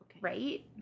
Right